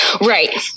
right